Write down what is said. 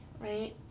Right